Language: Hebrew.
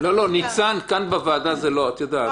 כאן בוועדה זה לא, את יודעת.